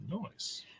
Nice